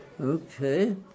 Okay